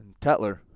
Tetler